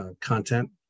content